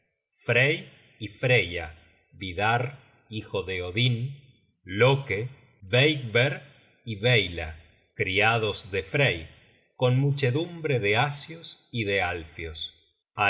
frey y freya vidarr hijo de odin loke beygver y beyla criados de frey con muchedumbre de asios y de alfios